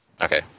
okay